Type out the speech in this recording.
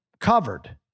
covered